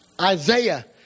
Isaiah